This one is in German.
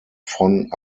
von